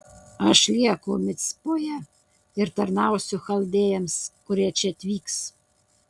aš lieku micpoje ir tarnausiu chaldėjams kurie čia atvyks